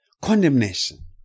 Condemnation